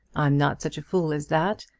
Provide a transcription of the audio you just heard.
i'm not such a fool as that.